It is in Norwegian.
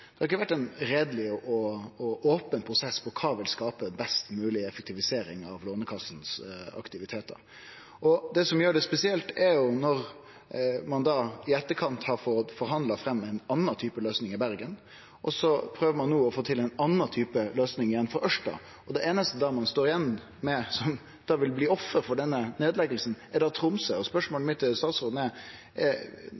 og open prosess om kva som vil skape best mogleg effektivisering av Lånekassens aktivitetar. Det som gjer det spesielt, er jo når ein i etterkant har fått forhandla fram ein annan type løysing i Bergen, og så prøver ein no å få til ein annan type løysing igjen for Ørsta, og det einaste ein da står igjen med, og som da vil bli offer for denne nedlegginga, er Tromsø.